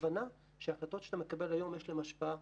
ההבנה שהחלטות שאתה מקבל היום יש להן השפעה